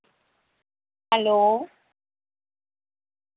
hello